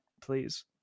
please